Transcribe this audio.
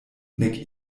nek